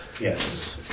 Yes